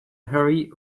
hurry